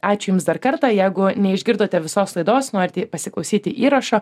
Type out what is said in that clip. ačiū jums dar kartą jeigu neišgirdote visos laidos norite pasiklausyti įrašo